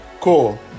Cool